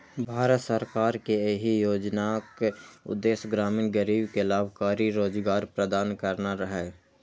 भारत सरकार के एहि योजनाक उद्देश्य ग्रामीण गरीब कें लाभकारी रोजगार प्रदान करना रहै